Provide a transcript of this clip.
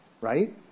right